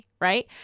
Right